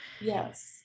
Yes